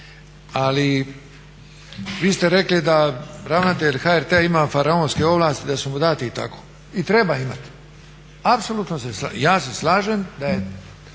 Ali vi ste rekli da ravnatelj HRT-a ima faraonske ovlasti, da su mu dati i tako. I treba imati, apsolutno se slažem. Ja se